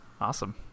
Awesome